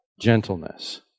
Gentleness